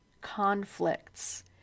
conflicts